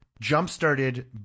jump-started